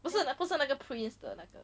不是不是那个 prints 的那种